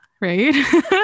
right